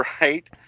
right